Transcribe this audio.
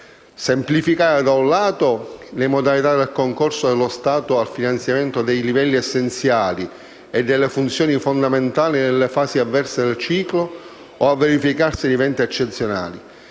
semplificare, da un lato, le modalità del concorso dello Stato al finanziamento dei livelli essenziali e delle funzioni fondamentali nelle fasi avverse del ciclo o al verificarsi di eventi eccezionali